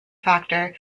factor